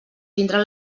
tindran